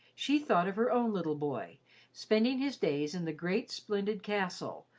she thought of her own little boy spending his days in the great, splendid castle,